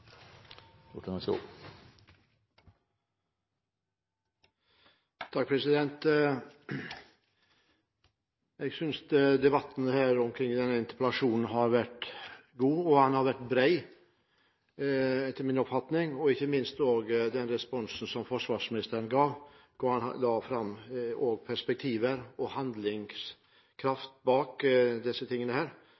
Jeg synes debatten i denne interpellasjonen har vært god, og den har etter min oppfatning vært bred – ikke minst den responsen forsvarsministeren ga, hvor han la fram perspektivene og